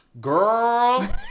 girl